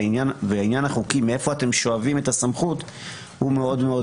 העניין החוקי מאיפה אתם שואבים את הסמכות הוא מאוד-מאוד